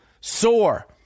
Sore